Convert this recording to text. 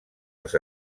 les